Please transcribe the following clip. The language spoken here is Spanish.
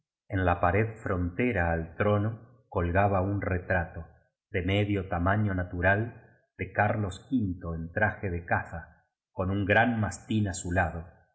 en la pared frontera al trono colgaba un retrato de medio ta maño natural de carlos v en traje de caza con un gran mas tín á